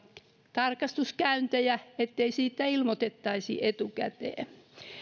tarkastuskäyntejä ettei siitä ilmoitettaisi etukäteen